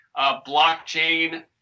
Blockchain